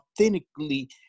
authentically